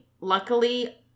luckily